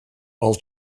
all